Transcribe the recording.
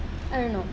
I don't know